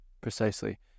Precisely